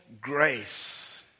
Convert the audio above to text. grace